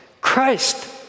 Christ